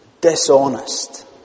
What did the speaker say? dishonest